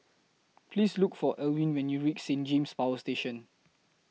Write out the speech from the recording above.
Please Look For Elwyn when YOU REACH Saint James Power Station